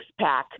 Sixpack